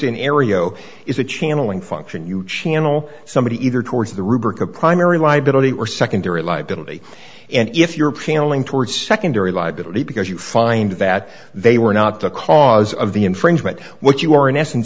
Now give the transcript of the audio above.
aereo is a channeling function you channel somebody either towards the rubric of primary liability or secondary liability and if you're appealing towards secondary liability because you find that they were not the cause of the infringement what you are in essence